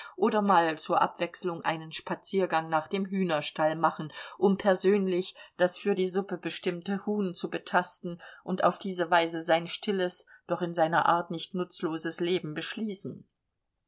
oder mal zur abwechslung einen spaziergang nach dem hühnerstall machen um persönlich das für die suppe bestimmte huhn zu betasten und auf diese weise sein stilles doch in seiner art nicht nutzloses leben beschließen